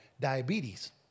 diabetes